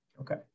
okay